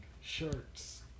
shirts